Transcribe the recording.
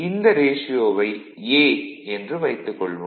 இந்த ரேஷியோவை "a" என்று வைத்துக் கொள்வோம்